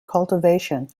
cultivation